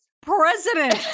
president